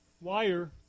wire